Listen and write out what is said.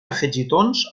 afegitons